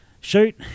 shoot